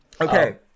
Okay